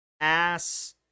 Ass